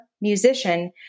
musician